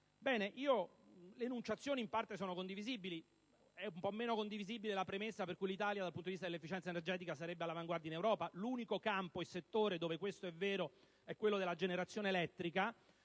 Le enunciazioni sono in parte condivisibili, anche se un po' meno condivisibile è la premessa per cui l'Italia, dal punto di vista dell'efficienza energetica, sarebbe all'avanguardia in Europa: infatti, l'unico campo e settore dove questo è vero è quello della generazione elettrica,